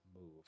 move